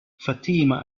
fatima